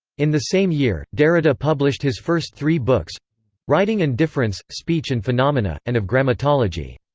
in the same year, derrida published his first three books writing and difference, speech and phenomena, and of grammatology.